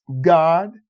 God